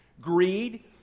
greed